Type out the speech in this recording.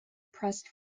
pressed